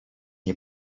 nie